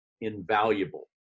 invaluable